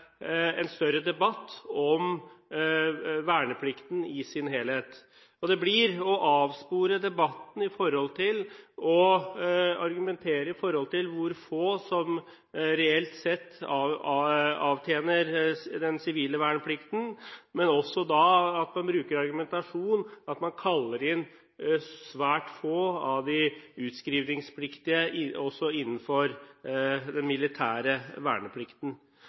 en større debatt om verneplikten i sin helhet. Det blir å avspore debatten å argumentere med hvor få som reelt sett avtjener den sivile verneplikten, men også at man bruker argumentasjonen at man kaller inn svært få av de utskrivningspliktige også innenfor den militære verneplikten.